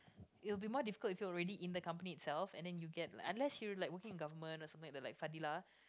you will be more difficult if you already in a company itself and then you get like unless you like working in government or something like Fadilah